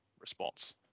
response